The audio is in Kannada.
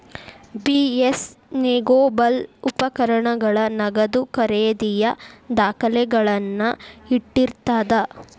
ಬಿ.ಎಸ್ ನೆಗೋಬಲ್ ಉಪಕರಣಗಳ ನಗದು ಖರೇದಿಯ ದಾಖಲೆಗಳನ್ನ ಇಟ್ಟಿರ್ತದ